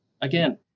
Again